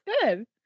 good